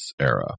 era